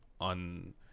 on